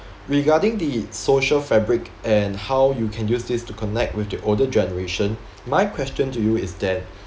regarding the social fabric and how you can use this to connect with the older generation my question to you is then